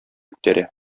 күтәрә